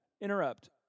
Interrupt